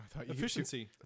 efficiency